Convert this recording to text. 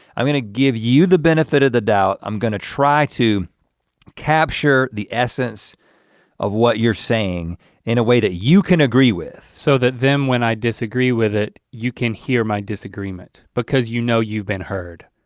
i'm gonna give you the benefit of the doubt, i'm gonna try to capture the essence of what you're saying in a way that you can agree with. so that then when i disagree with it, you can hear my disagreement, because you know you've been heard.